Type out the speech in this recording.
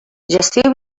gestió